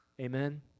Amen